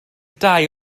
dau